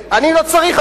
אני לא צריך,